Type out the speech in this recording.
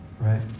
Right